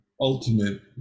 ultimate